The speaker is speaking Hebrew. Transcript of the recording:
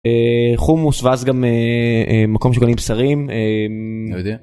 חומוס ואז גם מקום שקלים שרים.